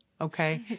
okay